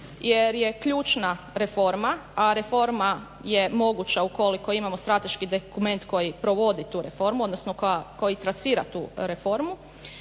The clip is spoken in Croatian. jer je ključna reforma, a reforma je moguća ukoliko imamo strateški dokument koji provodi tu reformu, odnosno koji trasira tu reformu